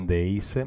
Days